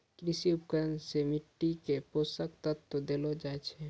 कृषि उपकरण सें मिट्टी क पोसक तत्व देलो जाय छै